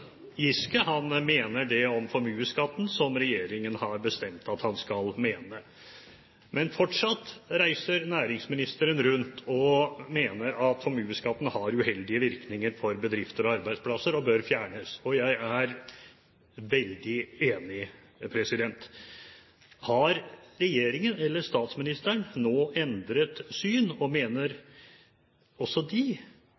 han skal mene. Men fortsatt reiser næringsministeren rundt og mener at formuesskatten har uheldige virkninger for bedrifter og arbeidsplasser og bør fjernes, og jeg er veldig enig. Har regjeringen, eller statsministeren, nå endret syn? Mener også de at formuesskatten isolert er uheldig for bedrifter og